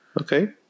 Okay